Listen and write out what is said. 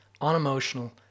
unemotional